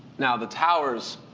now the towers,